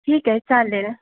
ठीक आहे चालेल